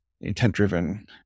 intent-driven